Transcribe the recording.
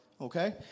Okay